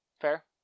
Fair